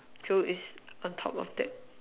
so it's on top of that